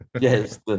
Yes